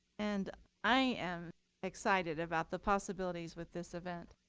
and i am excited about the possibilities with this event.